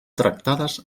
tractades